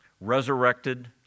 resurrected